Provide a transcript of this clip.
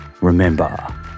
remember